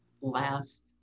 last